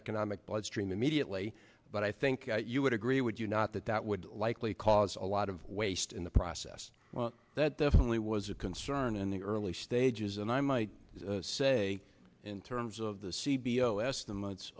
economic bloodstream immediately but i think you would agree would you not that that would likely cause a lot of waste in the process that definitely was a concern in the early stages and i might say in terms of the c b o estimates